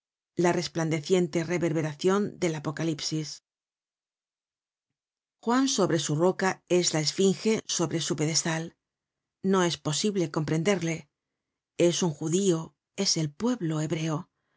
la resplandeciente reverberacion del apocalipsis juan sobre su roca es el esfinge sobre su pedestal no es posible comprenderle es un judío es el pueblo hebreo